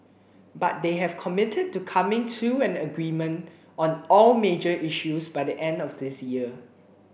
but they have committed to coming to an agreement on all major issues by the end of this year